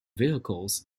vehicles